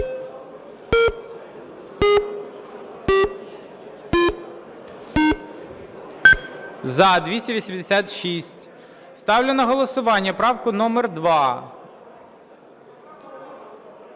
За-286 Ставлю на голосування правку номер 2.